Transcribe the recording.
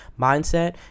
mindset